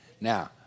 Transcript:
Now